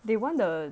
they want the